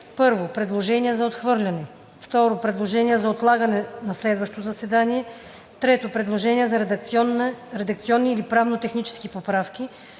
1. предложения за отхвърляне; 2. предложения за отлагане на следващо заседание; 3. предложения за редакционни или правно-технически поправки;